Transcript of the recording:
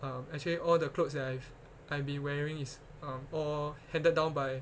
um actually all the clothes that I've I've been wearing is all handed down by